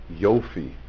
Yofi